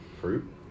Fruit